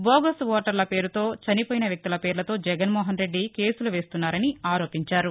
bogus ఓటర్ల పేరుతో చనిపోయిన వ్యక్తుల పేర్లతో జగన్ మోహన్ రెడ్డి కేసులు వేస్తున్నారని ఆరోపించారు